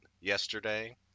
yesterday